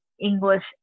English